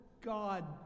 God